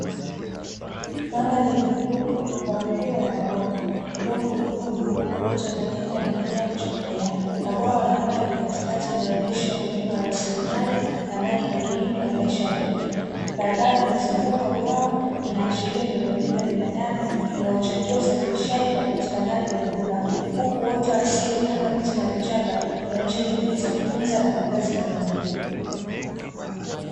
Mandhari yenye muinuko wa milima na mabonde, udongo mwekundu uliochanganyika na kijani cha mmea, na bwawa la maji katikati linaloonyesha umuhimu wa lasilimali ya maji kwa kilimo na maisha ya jamii. barabara iyozunguka bwana inaashiria miundombinu ya binadamu inayoachangia usafirishaji na upatikanaji wa huduma, huku uoto wa asili kama miti na vichaka inaonyesha juhudi za kutunza na kuhifadhi mazingira.